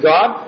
God